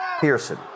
Pearson